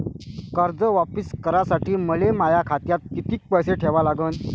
कर्ज वापिस करासाठी मले माया खात्यात कितीक पैसे ठेवा लागन?